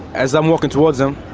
as i'm walking towards them,